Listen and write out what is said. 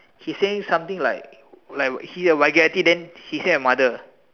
he saying something like like he a vulgarity then he say a mother